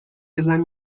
بزنم